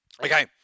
Okay